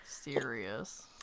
serious